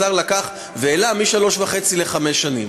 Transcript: השר העלה משלוש וחצי לחמש שנים.